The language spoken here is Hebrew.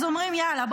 אז אומרים: יאללה,